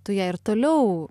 tu ją ir toliau